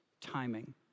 timing